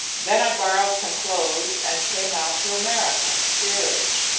then i borrowed some clothes and came out to america, steerage.